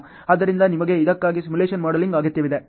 ಆದ್ದರಿಂದ ನಿಮಗೆ ಇದಕ್ಕಾಗಿ ಸಿಮ್ಯುಲೇಶನ್ ಮಾಡೆಲಿಂಗ್ ಅಗತ್ಯವಿದೆ